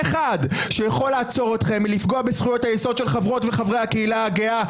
אחד שיכול לעצור אתכם מלפגוע בזכויות היסוד של חברות וחברי הקהילה הגאה,